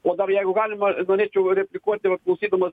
o dar jeigu galima norėčiau replikuoti klausydamas